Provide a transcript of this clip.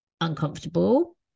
uncomfortable